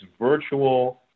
virtual